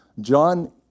John